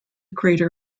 crater